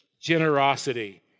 generosity